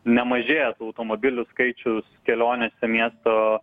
nemažėja tų automobilių skaičius kelionėse miesto